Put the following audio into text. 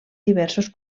diversos